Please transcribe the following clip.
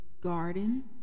garden